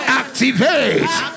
activate